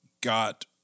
got